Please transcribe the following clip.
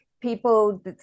people